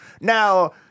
Now